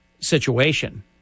situation